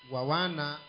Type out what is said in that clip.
Wawana